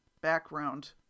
background